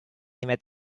met